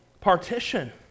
Partition